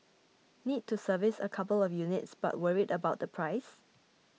need to service a couple of units but worried about the price